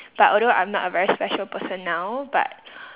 but although I'm not a very special person now but